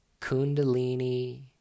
Kundalini